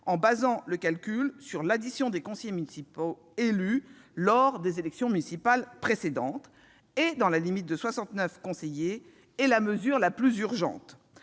en fondant le calcul sur l'addition des conseillers municipaux élus lors des élections municipales précédentes et dans la limite de 69 conseillers, est la mesure la plus urgente.